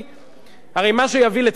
הרי מה שיוביל לצדק חברתי,